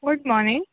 good morning